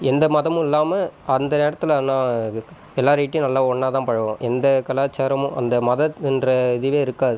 எந்த மதமும் இல்லாமல் அந்த நேரத்தில் ஆனால் அது எல்லாேருகிட்டேயும் நல்லா ஒன்றாதான் பழகுவோம் எந்த கலாச்சாரமும் அந்த மதம் என்ற இதுவே இருக்காது